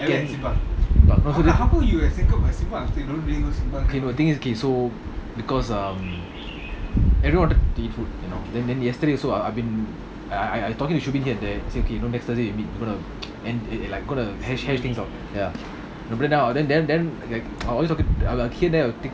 can but okay okay but the thing is so because um everyone wanted to eat food you know then then yesterday also I I've been I I talking to here and there say okay you know next thursday you meet gonna and and like gonna hash hash things out ya then then like